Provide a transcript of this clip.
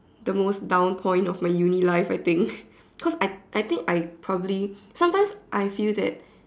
the most down point of my uni life I think cause I think I probably sometimes I feel that